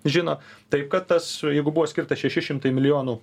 žino taip kad tas jeigu buvo skirta šeši šimtai milijonų